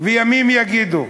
וימים יגידו,